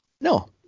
No